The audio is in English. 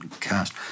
cast